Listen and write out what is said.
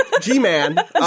G-man